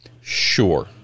sure